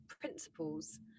principles